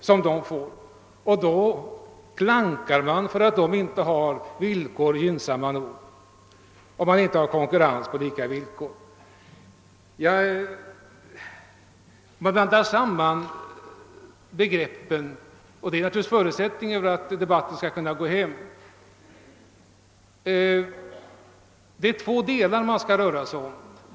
Trots det klankar man för att byggmästarna inte har tillräckligt gynnsamma villkor, inte har konkurrens på lika villkor. Man blandar samman begreppen — och det är naturligtvis förutsättningen för att debatten skall kunna gå hem. Det är två delar det hela rör sig om.